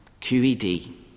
QED